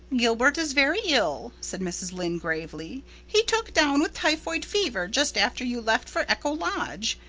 gilbert is very ill, said mrs. lynde gravely. he took down with typhoid fever just after you left for echo lodge.